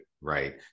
right